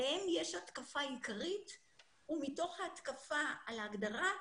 עליהם יש התקפה עיקרית ומתוך ההתקפה על ההגדרה,